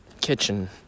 kitchen